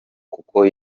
kuko